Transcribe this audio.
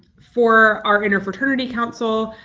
for our interfraternity council,